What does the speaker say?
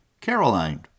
Caroline